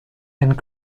and